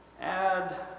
Add